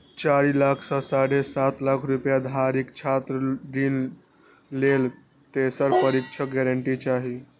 चारि लाख सं साढ़े सात लाख रुपैया धरिक छात्र ऋण लेल तेसर पक्षक गारंटी चाही